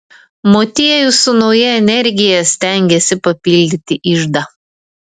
motiejus su nauja energija stengėsi papildyti iždą